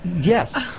Yes